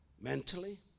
Mentally